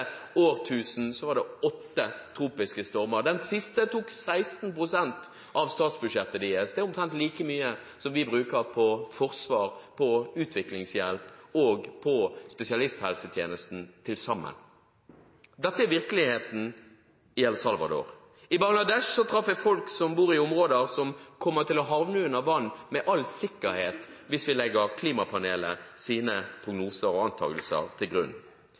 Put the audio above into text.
årtusen var det åtte tropiske stormer. Den siste tok 16 pst. av statsbudsjettet deres. Det er omtrent like mye som vi bruker på forsvar, på utviklingshjelp og på spesialisthelsetjenesten til sammen. Dette er virkeligheten i El Salvador. I Bangladesh traff jeg folk som bor i områder som kommer til å havne under vann med all sikkerhet hvis vi legger klimapanelets prognoser og antakelser til grunn.